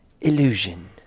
illusion